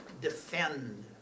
defend